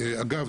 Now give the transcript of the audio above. אגב,